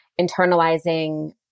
internalizing